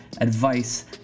advice